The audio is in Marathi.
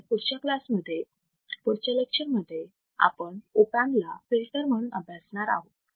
आणि पुढच्या क्लासमध्ये पुढच्या लेक्चर मध्ये आपण ऑप अँप ला फिल्टर म्हणून अभ्यासणार आहोत